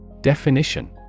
Definition